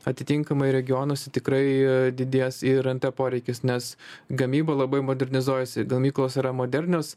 atitinkamai regionuose tikrai didės ir nt poreikis nes gamyba labai modernizuojasi gamyklos yra modernios